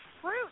Fruit